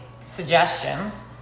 suggestions